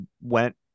went